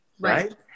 Right